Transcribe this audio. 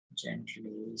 gently